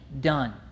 done